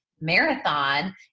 marathon